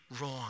wrong